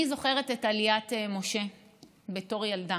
אני זוכרת את עליית משה בתור ילדה.